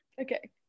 okay